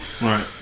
Right